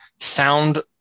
sound